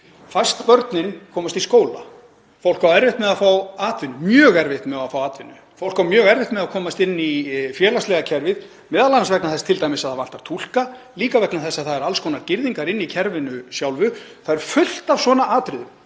Fæst börnin komast í skóla. Fólk á mjög erfitt með að fá atvinnu. Fólk á mjög erfitt með að komast inn í félagslega kerfið, m.a. vegna þess að það vantar túlka, líka vegna þess að það eru alls konar girðingar inni í kerfinu sjálfu. Það er fullt af svona atriðum